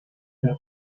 era